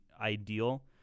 ideal